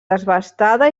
desbastada